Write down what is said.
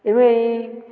ਇਵੇਂ ਹੀ